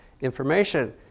information